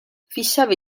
fissava